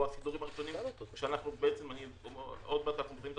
הסידורים האחרים כשאנחנו עוד מעט ביום ה-30.